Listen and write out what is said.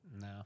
No